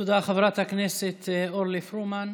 תודה, חברת הכנסת אורלי פרומן.